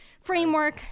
framework